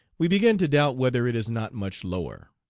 we begin to doubt whether it is not much lower.